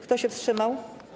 Kto się wstrzymał?